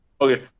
Okay